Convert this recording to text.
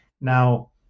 Now